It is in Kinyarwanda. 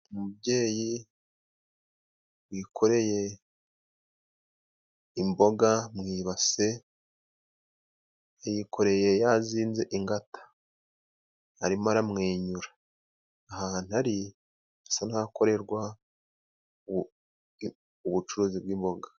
Umubyeyi wikoreye imboga mwibase ayikoreye yazinze ingata arimo aramwenyura. Ahantu ari hasa n'ahakorerwa ubucuruzi bw'imboga.